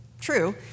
true